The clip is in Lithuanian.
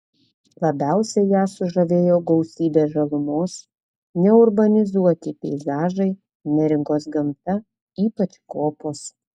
labiausiai ją sužavėjo gausybė žalumos neurbanizuoti peizažai neringos gamta ypač kopos